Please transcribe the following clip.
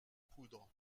poudre